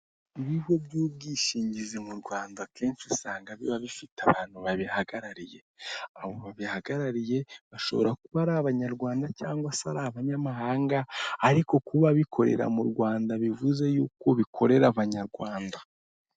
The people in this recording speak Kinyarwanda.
Ibigo by'ubwishingizi mu Rwanda kenshi usanga biba bifite abantu babihagarariye, abo babihagarariye bashobora kuba ari abanyarwanda cyangwa se ari abanyamahanga ariko kuba bikorera mu Rwanda bivuze yuko bikorera abanyarwanda.